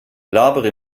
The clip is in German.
labere